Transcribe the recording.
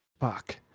Fuck